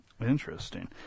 Interesting